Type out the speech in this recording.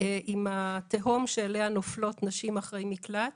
עם התהום שאליה נופלות נשים אחרי מקלט